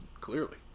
clearly